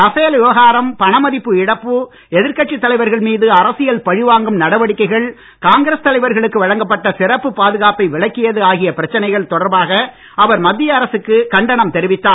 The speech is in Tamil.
ரஃபேல் விவகாரம் பணமதிப்பு இழப்பு எதிர்கட்சித் தலைவர்கள் மீது அரசியல் பழிவாங்கும் நடவடிக்கைகள் காங்கிரஸ் தலைவர்களுக்கு வழங்கப்பட்ட சிறப்பு பாதுகாப்பை விலக்கியது ஆகிய பிரச்சனைகள் தொடர்பாக அவர் மத்திய அரசுக்கு கண்டனம் தெரிவித்தார்